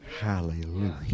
Hallelujah